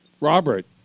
Robert